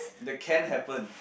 they can happen